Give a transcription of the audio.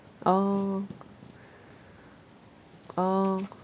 orh orh